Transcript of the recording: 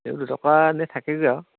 সেইবুলি দুটকা এনে থাকেগৈ আৰু